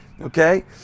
Okay